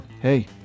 hey